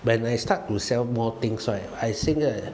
when I start to sell more things right I think ah